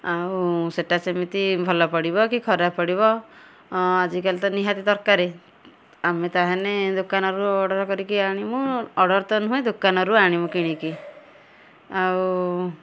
ଆଉ ସେଟା ସେମିତି ଭଲ ପଡ଼ିବ କି ଖରାପ ପଡ଼ିବ ଆଜିକାଲି ତ ନିହାତି ଦରକାରେ ଆମେ ତାହାନେ ଦୋକାନରୁ ଅର୍ଡ଼ର୍ କରିକି ଆଣିମୁ ଅର୍ଡ଼ର୍ ତ ନୁହେଁ ଦୋକାନରୁ ଆଣିମୁ କିଣିକି ଆଉ